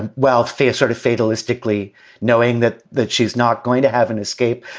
and well, fear, sort of fatalistic, fully knowing that that she's not going to have an escape.